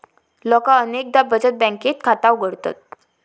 लोका अनेकदा बचत बँकेत खाता उघडतत